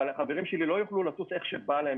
אבל החברים שלי לא יוכלו לטוס איך שבא להם